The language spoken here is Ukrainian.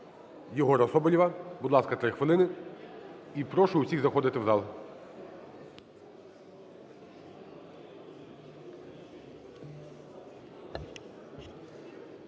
Єгора Соболєва, будь ласка, три хвилини. І прошу всіх заходити в зал.